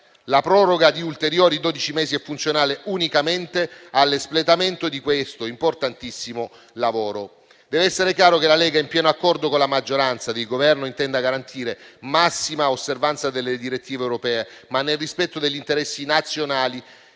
La proroga di ulteriori dodici mesi è funzionale unicamente all'espletamento di questo importantissimo lavoro. Deve essere chiaro che la Lega, in pieno accordo con la maggioranza di Governo, intende garantire massima osservanza delle direttive europee, ma nel rispetto degli interessi nazionali,